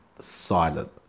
silent